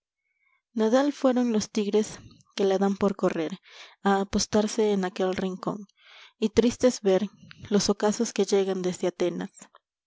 nada fueron los tigres que la dan por correr a apostarse en aquel rincón y tristes ver los ocasos que llegan desde atenas